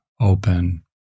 open